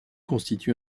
constitue